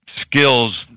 skills